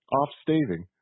off-staving